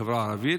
בחברה הערבית,